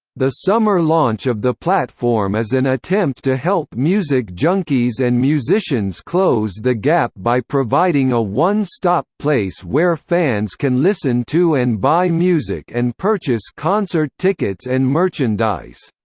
the summer launch of the platform is an attempt to help music junkies and musicians close the gap by providing a one-stop place where fans can listen to and buy music and purchase concert tickets and merchandise.